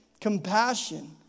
compassion